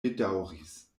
bedaŭris